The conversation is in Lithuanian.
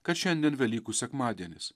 kad šiandien velykų sekmadienis